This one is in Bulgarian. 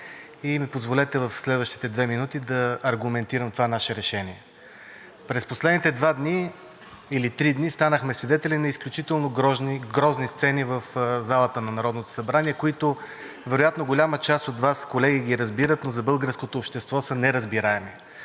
и ми позволете в следващите две минути да аргументирам това наше решение. През последните два или три дни станахме свидетели на изключително грозни сцени в залата на Народното събрание, които вероятно голяма част от Вас, колеги, ги разбират, но за българското общество са неразбираеми.